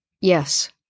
yes